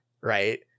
right